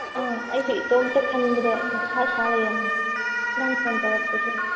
ꯑꯩꯁꯨ ꯏꯇꯣꯝꯇ ꯈꯟꯕꯗ ꯃꯊꯥ ꯁꯥ ꯂꯩꯔꯕꯅꯤ ꯅꯪ ꯐꯣꯟ ꯇꯧꯔꯛꯄꯁꯦ